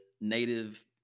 native